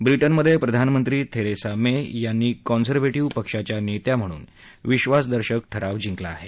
ब्रिटनमध्ये प्रधानमंत्री Theresa May यांनी कॉन्झर्वेटिव्ह पक्षाच्या नेत्या म्हणून विक्वासदर्शक ठराव जिंकला आहे